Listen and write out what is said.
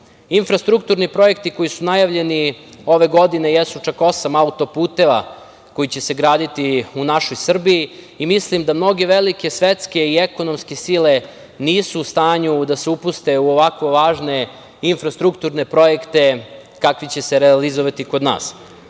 fabrika. Infrastrukturni projekti koji su najavljeni ove godine jesu čak osam autoputeva koji će se graditi u našoj Srbiji i mislim da mnoge velike svetske i ekonomske sile nisu u stanju da se upuste u ovakvo važne infrastrukturne projekte kakvi će se realizovati kod nas. Ono